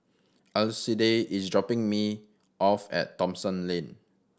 Alcide is dropping me off at Thomson Lane